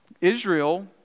Israel